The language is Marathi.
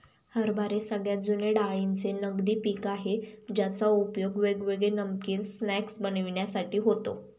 हरभरे सगळ्यात जुने डाळींचे नगदी पिक आहे ज्याचा उपयोग वेगवेगळे नमकीन स्नाय्क्स बनविण्यासाठी होतो